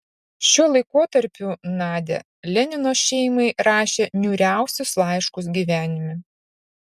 šiuo laikotarpiu nadia lenino šeimai rašė niūriausius laiškus gyvenime